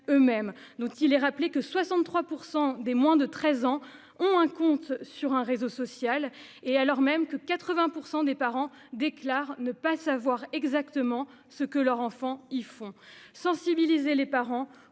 eux-mêmes. Je rappelle que 63 % des moins de 13 ans ont un compte sur un réseau social et que 80 % des parents déclarent ne pas savoir exactement ce que leurs enfants y font. Sensibiliser les parents